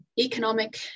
economic